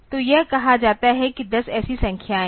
तो यह कहा जाता है कि 10 ऐसी संख्याएं हैं